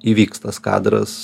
įvyks tas kadras